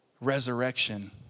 resurrection